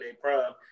prime